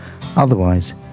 Otherwise